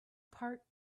part